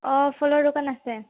অ' ফলৰ দোকান আছে